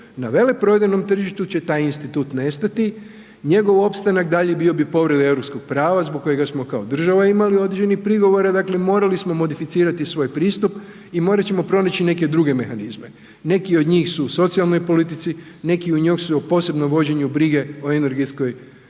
Na veleprodajnom tržištu će taj institut nestati, njegov opstanak daljnji bio bi povreda europskog prava zbog kojega smo kao država imali određeni prigovore, dakle morali smo modificirati svoj pristup i morat ćemo pronaći neke druge mehanizme, neki od njih su u socijalnoj politici, neki od njih su o posebnom vođenju brige o energetskoj